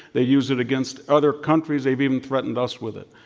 they use it against other countries. they've even threatened us with it.